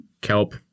kelp